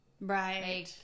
Right